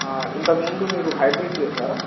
ఇంతకుముందు మీరు హైబ్రిడ్ చేశారా